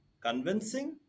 convincing